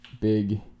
big